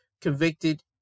convicted